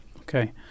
Okay